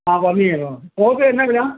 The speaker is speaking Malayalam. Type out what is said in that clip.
ആ പന്നിയേയോ പോർക്ക് എന്നാ വില